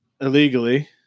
illegally